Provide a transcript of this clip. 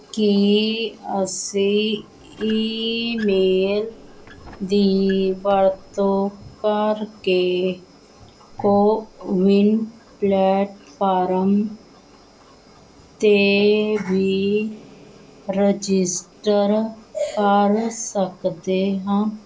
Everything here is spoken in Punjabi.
ਕੀ ਅਸੀਂ ਈਮੇਲ ਦੀ ਵਰਤੋਂ ਕਰਕੇ ਕੋਵਿਨ ਪਲੈਟਫਾਰਮ 'ਤੇ ਵੀ ਰਜਿਸਟਰ ਕਰ ਸਕਦੇ ਹਾਂ